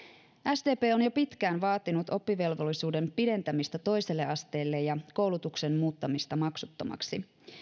sdp on jo pitkään vaatinut oppivelvollisuuden pidentämistä toiselle asteelle ja koulutuksen muuttamista maksuttomaksi